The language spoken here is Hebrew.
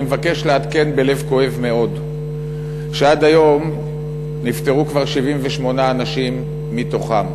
אני מבקש לעדכן בלב כואב מאוד שעד היום נפטרו כבר 78 אנשים מתוכם.